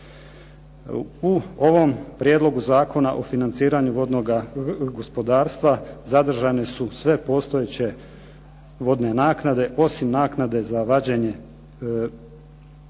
U ovom prijedlogu Zakona o financiranju vodnoga gospodarstva zadržane su sve postojeće vodne naknade, osim naknade za vađenje pijeska